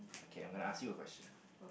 okay I'm gonna ask you a question